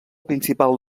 principal